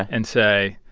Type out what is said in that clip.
and say,